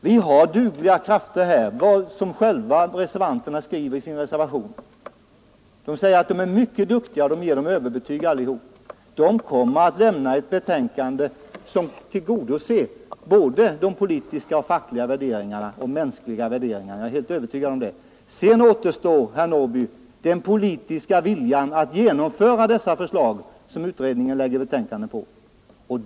Vi har dugliga krafter i utredningen, vilket reservanterna själva skriver — de ger dem alla överbetyg. Utredningen kommer att lägga fram ett betänkande som tillgodoser både de politiska, de fackliga och de mänskliga värderingarna, det är jag övertygad om. Sedan återstår, herr Norrby, den politiska viljan att genomföra de förslag som utredningen lägger fram.